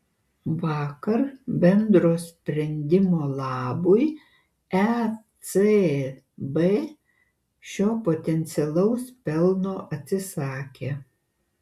vakar bendro sprendimo labui ecb šio potencialaus pelno atsisakė